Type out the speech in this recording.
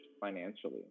financially